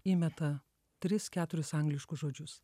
įmeta tris keturis angliškus žodžius